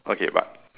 okay but